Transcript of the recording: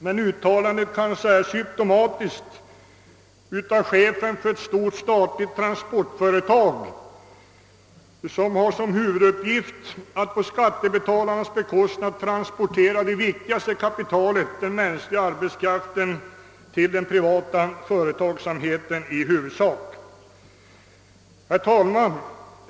Men uttalandet kanske är symtomatiskt för chefen för ett stort statligt verk som har till uppgift att på skattebetalarnas bekostnad transportera det viktigaste kapitalet, den mänskliga arbetskraften, till i huvudsak den privata företagsamheten. Herr talman!